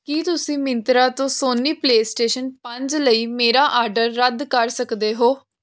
ਕੀ ਤੁਸੀਂ ਮਿੰਤਰਾ ਤੋਂ Sony PlayStation ਪੰਜ ਲਈ ਮੇਰਾ ਆਰਡਰ ਰੱਦ ਕਰ ਸਕਦੇ ਹੋ